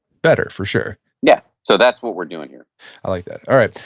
better, for sure yeah. so that's what we're doing here i like that. all right.